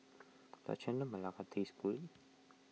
does Chendol Melaka taste good